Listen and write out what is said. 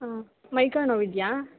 ಹಾಂ ಮೈಕೈ ನೋವು ಇದೆಯಾ